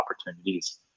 opportunities